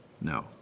No